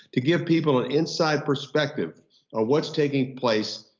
to give people an inside perspective of what's taking place.